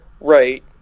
Right